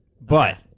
but-